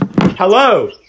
Hello